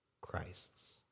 Christ's